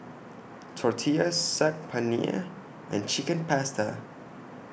Tortillas Saag Paneer and Chicken Pasta